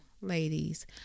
ladies